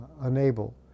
unable